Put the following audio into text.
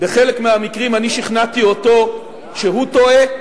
בחלק מהמקרים אני שכנעתי אותו שהוא טועה,